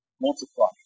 Multiply